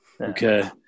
Okay